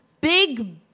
big